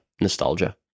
nostalgia